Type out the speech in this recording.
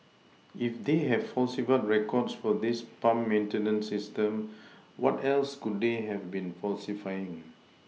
if they have falsified records for this pump maintenance system what else could they have been falsifying